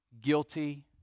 guilty